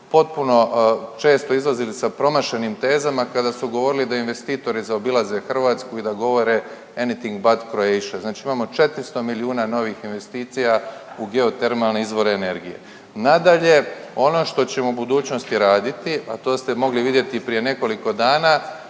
potpuno često izlazili sa promašenim tezama kada su govorili da investitori zaobilaze Hrvatsku i da govore anything bat Croatia. Znači imamo 400 milijuna novih investicija u geotermalne izvore energije. Nadalje, ono što ćemo u budućnosti raditi, a to ste mogli vidjeti prije nekoliko dana,